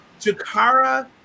Jakara